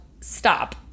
stop